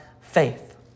faith